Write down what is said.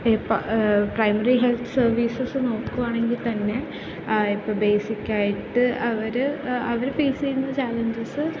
ഈ പ്ര primary health services നോക്കുകയാണെങ്കിൽ തന്നെ ആ ഇപ്പം ബേസിക്കായിട്ട് അവർ അവർ ഫെയ്സു ചെയ്യുന്ന ചലഞ്ചസ്